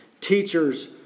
teachers